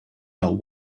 while